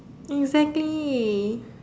exactly